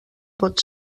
pot